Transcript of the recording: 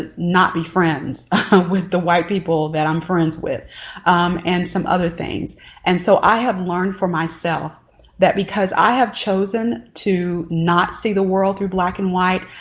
ah not be friends with the white people that i'm friends with and some other things and so i have learned for myself that because i have chosen to not see the world through black and white.